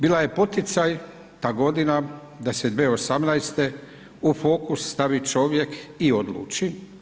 Bila je poticaj, ta godina da se 2018. u fokus stavi čovjek i odluči.